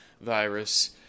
virus